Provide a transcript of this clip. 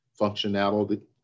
functionality